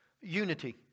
unity